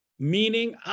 Meaning